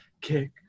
Kick